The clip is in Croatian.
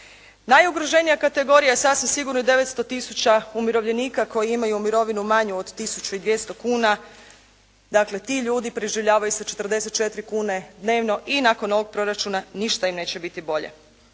Najugroženija kategorija je sasvim sigurno i 900 tisuća umirovljenika koji imaju mirovinu manju od tisuću i 200 kuna. Dakle, ti ljudi preživljavaju sa 44 kune dnevno i nakon ovog proračuna ništa im neće biti bolje.